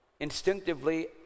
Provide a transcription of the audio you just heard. Instinctively